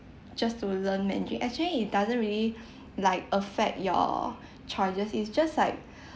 just to learn mandarin actually it doesn’t really like affect your choices it's just like